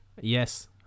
Yes